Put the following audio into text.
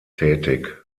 tätig